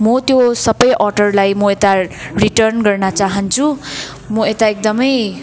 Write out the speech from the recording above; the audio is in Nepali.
म त्यो सबै अर्डरलाई म यता रिटर्न गर्न चाहन्छु म यता एकदमै